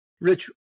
Rich